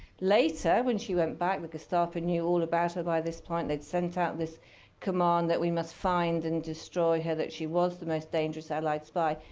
later, when she went back the gestapo knew all about her by this point. they'd sent out this command that we must find and destroy her, that she was the most dangerous satellite spy.